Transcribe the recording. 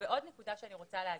ועוד נקודה שאני רוצה להגיד.